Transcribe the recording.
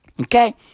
Okay